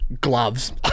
Gloves